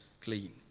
clean